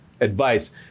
advice